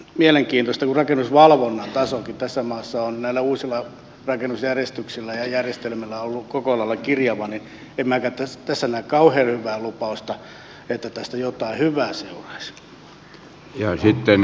kun rakennusvalvonnankin taso tässä maassa on näillä uusilla rakennusjärjestyksillä ja järjestelmillä ollut koko lailla kirjava niin en minäkään tässä näe kauhean hyvää lupausta että tästä jotain hyvää seuraisi